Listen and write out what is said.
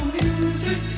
music